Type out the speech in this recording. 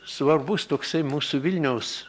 svarbus toksai mūsų vilniaus